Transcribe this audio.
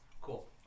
cool